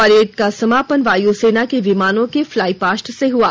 parade का समापन वायु सेना के विमानों के फ्लाईपास्ट से हुआ